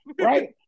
right